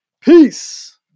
Peace